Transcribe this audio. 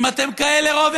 אם אתם כאלה רוב,